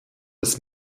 des